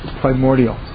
primordial